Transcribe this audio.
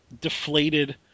deflated